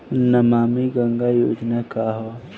नमामि गंगा योजना का ह?